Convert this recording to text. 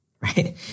right